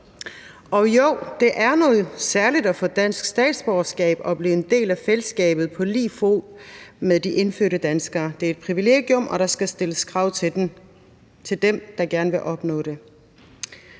Og jo, det er noget særligt at få dansk statsborgerskab og blive en del af fællesskabet på lige fod med de indfødte danskere. Det er et privilegium, og der skal stilles krav til den, der gerne vil opnå det.